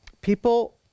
people